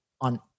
on